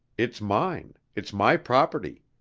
it's mine, it's my property.